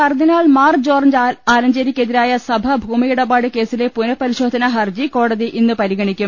കർദ്ദിനാൾ മാർ ജോർജ് ആലഞ്ചേരിക്കെതിരായ സഭ ഭൂമിയിടപാട് കേസിലെ പുനഃപരിശോധനാ ഹർജി കോടതി ഇന്ന് പരിഗണിക്കും